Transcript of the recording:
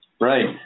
Right